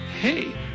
Hey